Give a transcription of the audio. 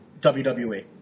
WWE